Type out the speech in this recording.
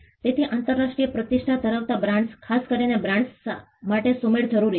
તેથી આંતરરાષ્ટ્રીય પ્રતિષ્ઠા ધરાવતા બ્રાંડ્સ ખાસ કરીને બ્રાન્ડ્સ માટે સુમેળ જરૂરી છે